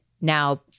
now